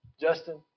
Justin